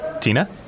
Tina